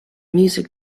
music